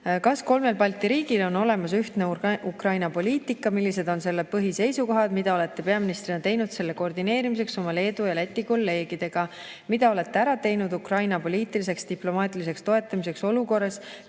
"Kas kolmel Balti riigil on olemas ühtne Ukraina-poliitika? Millised on selle põhiseisukohad? Mida olete peaministrina teinud selle koordineerimiseks oma Leedu ja Läti kolleegidega? Mida olete ära teinud Ukraina poliitiliseks ja diplomaatiliseks toetamiseks olukorras,